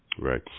Right